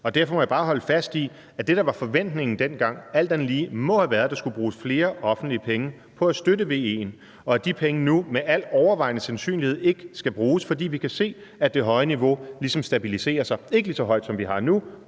Derfor må jeg bare holde fast i, at det, der var forventningen dengang, alt andet lige, må have været, at der skulle bruges flere offentlige penge på at støtte vedvarende energi, og at de penge nu med altovervejende sandsynlighed ikke skal bruges, fordi vi kan se, at det høje niveau ligesom stabiliserer sig – ikke lige så højt, som det er nu,